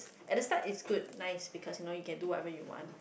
at the start is good nice because you know you can do whatever you want